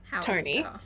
Tony